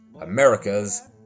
America's